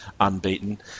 unbeaten